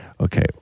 Okay